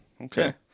okay